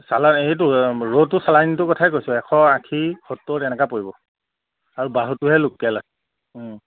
চালা এইটো ৰৌটো চালানিটোৰ কথাই কৈছোঁ এশ আশী সত্তৰ এনেকুৱা পৰিব আৰু বাহুটোহে লোকেল